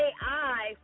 AI